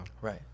Right